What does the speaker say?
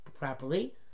properly